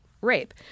rape